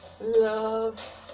love